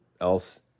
else